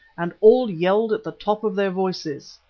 and all yelled at the top of their voices.